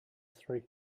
three